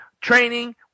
training